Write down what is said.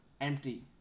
empty